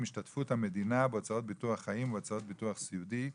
השתתפות המדינה בהוצאות ביטוח חיים ובהוצאות ביטוח סיעודי,